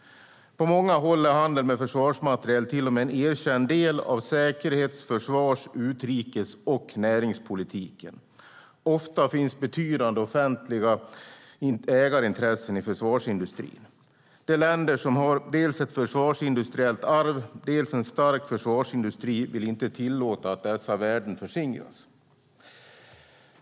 På många håll är handeln med försvarsmateriel till och med en erkänd del av säkerhets-, försvars-, utrikes och näringspolitiken. Ofta finns betydande offentliga ägarintressen i försvarsindustrin. De länder som har dels ett försvarsindustriellt arv, dels en stark försvarsindustri vill inte tillåta att dessa värden förskingras.